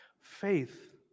Faith